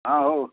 ହଁ ହଉ